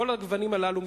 כל הגוונים הללו,